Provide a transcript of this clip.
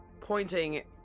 pointing